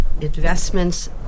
investments